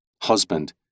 husband